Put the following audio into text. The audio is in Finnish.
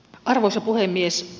arvoisa puhemies